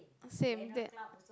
same